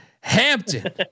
Hampton